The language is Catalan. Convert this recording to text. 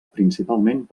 principalment